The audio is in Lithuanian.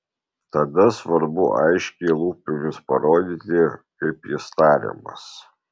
tada svarbu aiškiai lūpomis parodyti kaip jis tariamas